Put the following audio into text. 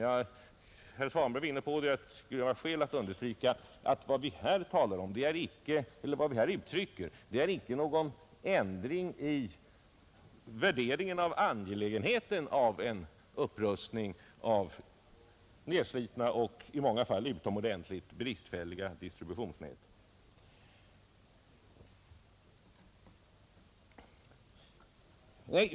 Herr Svanberg nämnde — och det är skäl att understryka det — att vi här inte uttrycker någon ändring i värderingen av angelägenheten av en upprustning av nedslitna och i många fall utomordentligt bristfälliga distributionsnät.